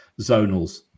zonals